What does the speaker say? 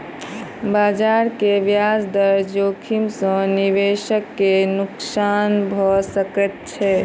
बजार के ब्याज दर जोखिम सॅ निवेशक के नुक्सान भ सकैत छै